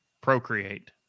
Procreate